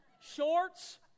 shorts